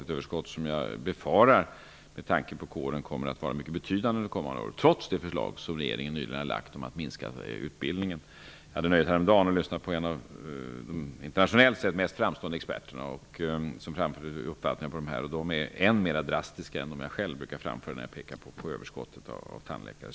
Jag befarar att det kommer att bli ett överskott, med tanke på att kåren kommer att vara mycket betydande under de kommande åren, trots det förslag som regeringen nyligen har lagt fram om att minska utbildningen. Jag hade häromdagen nöjet att lyssna på en av de internationellt mest framstående experterna. Denne framförde uppfattningar som var än mer drastiska än de som jag själv brukar framföra när jag pekar på överskottet av tandläkare.